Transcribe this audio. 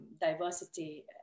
diversity